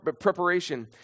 preparation